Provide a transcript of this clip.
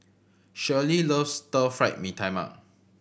Shirlee loves Stir Fried Mee Tai Mak